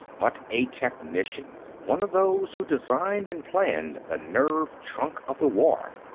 but a technician, one of those who designed and planned the nerve-trunk of the war.